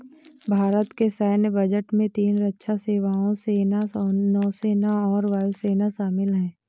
भारत के सैन्य बजट में तीन रक्षा सेवाओं, सेना, नौसेना और वायु सेना शामिल है